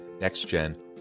Next-Gen